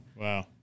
Wow